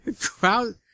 crowd